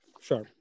Sure